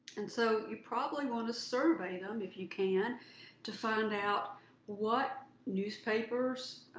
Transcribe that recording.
and so you probably want to survey them if you can to find out what newspapers,